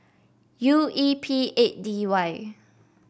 U E P eight D Y